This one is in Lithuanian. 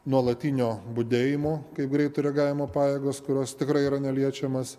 nuolatinio budėjimo kaip greito reagavimo pajėgos kurios tikrai yra neliečiamas